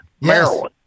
Maryland